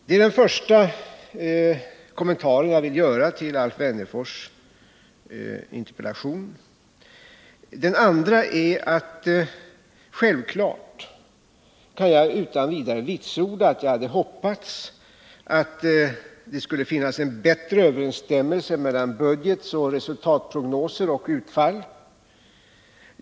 Det är den första kommentaren jag vill göra till Alf Wennnerfors interpellation. Den andra är att jag utan vidare kan vitsorda att jag hade hoppats att det skulle finnas en bättre överensstämmelse mellan budget och resultatprognos och utfall.